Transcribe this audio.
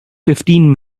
fifteen